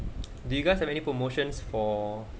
do you guys have any promotions for